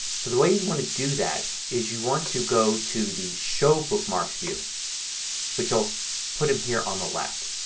the way you want to do that is you want to go to the show bookmarks view which will put them here on the left.